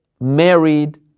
married